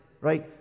right